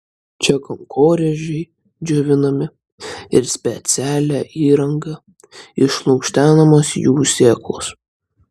čia kankorėžiai džiovinami ir specialia įranga išlukštenamos jų sėklos